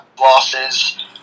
losses